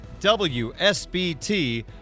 WSBT